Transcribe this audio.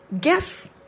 guess